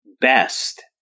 best